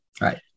right